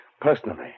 personally